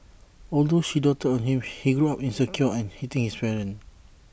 although she doted on him he grew up insecure and hating his parents